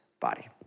body